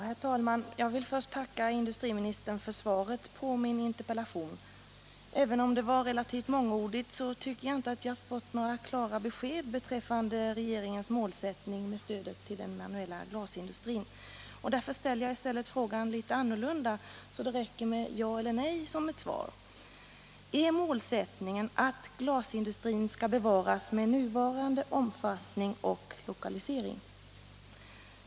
Herr talman! Jag vill först tacka industriministern för svaret på min interpellation. Även om det var relativt mångordigt så tycker jag inte att jag fått några klara besked beträffande regeringens målsättning med stödet till den manuella glasindustrin. Därför formulerar jag i stället frågan litet annorlunda, så att det räcker med ja eller nej som svar: Är målsättningen att glasindustrin skall bevaras med nuvarande omfattning och lokalisering?